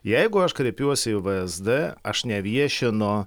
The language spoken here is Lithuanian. jeigu aš kreipiuosi į vsd aš neviešinu